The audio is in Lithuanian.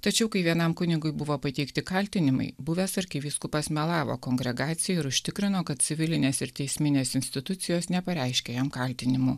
tačiau kai vienam kunigui buvo pateikti kaltinimai buvęs arkivyskupas melavo kongregacijų ir užtikrino kad civilinės ir teisminės institucijos nepareiškė jam kaltinimų